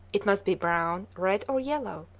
it must be brown, red, or yellow,